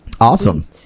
awesome